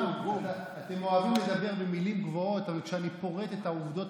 דבר זה בוודאי יוביל,